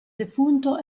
defunto